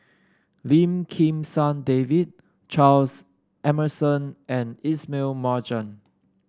Lim Kim San David Charles Emmerson and Ismail Marjan